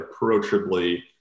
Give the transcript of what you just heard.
approachably